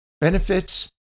Benefits